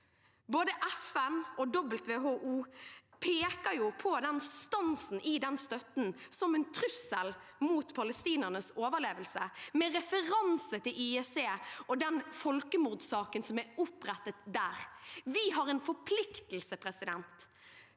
Både FN og WHO peker på stansen i støtten som en trussel mot palestinernes overlevelse, med referanse til ICJ og folkemordsaken som er opprettet der. Vi har en forpliktelse til